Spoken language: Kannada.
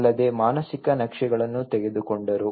ಅಲ್ಲದೆ ಮಾನಸಿಕ ನಕ್ಷೆಗಳನ್ನು ತೆಗೆದುಕೊಂಡರು